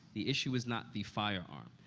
the issue is not the firearm.